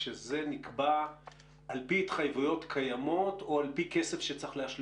כשזה נקבע על פי התחייבויות קיימות או על פי כסף שצריך להשלים?